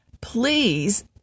please